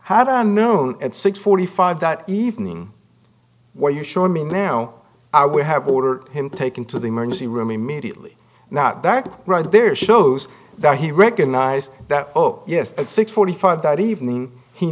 unknown at six forty five that evening where you show me now i would have ordered him taken to the emergency room immediately not back right there shows that he recognized that oh yes at six forty five that evening he